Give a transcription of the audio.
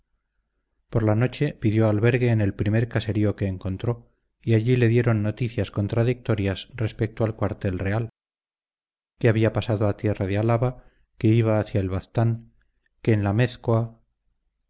por la noche pidió albergue en el primer caserío que encontró y allí le dieron noticias contradictorias respecto al cuartel real que había pasado a tierra de álava que iba hacia el baztán que en la